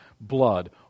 blood